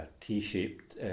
T-shaped